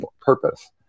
purpose